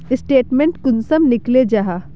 Statement कुंसम निकले जाहा?